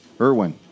Irwin